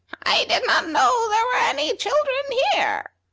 i did not know there were any children here.